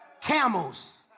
camels